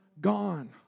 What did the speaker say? gone